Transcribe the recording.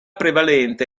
prevalente